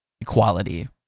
equality